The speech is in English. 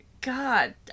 God